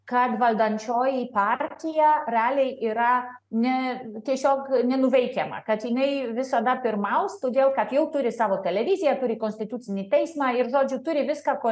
kad valdančioji partija realiai yra ne tiesiog nenuveikiama kad jinai visada pirmaus todėl kad jau turi savo televiziją turi konstitucinį teismą ir žodžiu turi viską ko